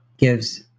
Gives